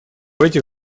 этих